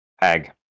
Peg